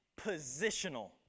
positional